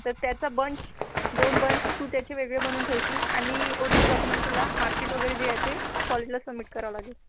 तर त्याचा बंच दोन बंच तू त्याचे वेगळे बनवून ठेवशील आणि ओरिजनल डॉक्युमेंट तुला मार्कशीट वगैरे जे आहे ते कॉलेजला सबमिट करावं लागेल